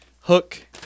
hook